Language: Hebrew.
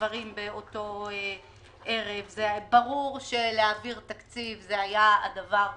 דברים באותו ערב, שלהעביר תקציב היה הדבר הנכון.